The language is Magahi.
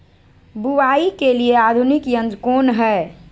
बुवाई के लिए आधुनिक यंत्र कौन हैय?